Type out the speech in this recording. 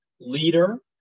leader